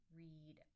read